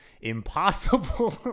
impossible